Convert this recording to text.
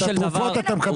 את התרופות אתה מקבל מהאגף.